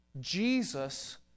Jesus